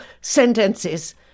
sentences